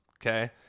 okay